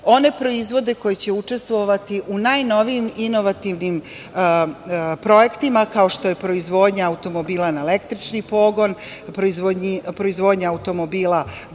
one proizvode koji će učestvovati u najnovijim inovativnim projektima kao što je proizvodnja automobila na električni pogon, proizvodnja automobila bez